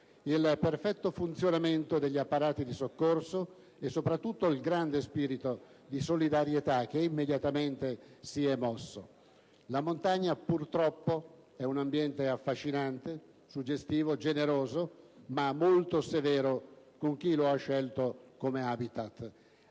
il perfetto funzionamento degli apparati di soccorso e soprattutto il grande spirito di solidarietà che immediatamente si è manifestato. La montagna, purtroppo, è un ambiente affascinante, suggestivo, generoso, ma molto severo con chi lo ha scelto come *habitat*.